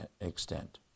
extent